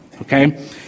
okay